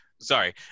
Sorry